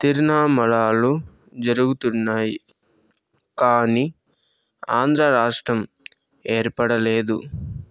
తిరునామళాలు జరుగుతున్నాయి కానీ ఆంధ్ర రాష్ట్రం ఏర్పడలేదు